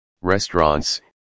restaurants